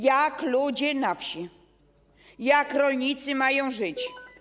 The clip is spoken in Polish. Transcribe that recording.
Jak ludzie na wsi, rolnicy mają żyć?